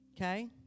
Okay